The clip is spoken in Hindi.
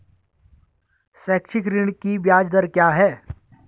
शैक्षिक ऋण की ब्याज दर क्या है?